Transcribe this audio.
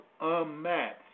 unmatched